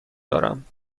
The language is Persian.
دارم